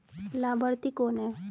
लाभार्थी कौन है?